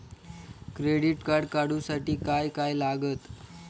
Credit card काढूसाठी काय काय लागत?